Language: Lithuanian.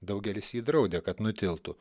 daugelis jį draudė kad nutiltų